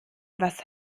was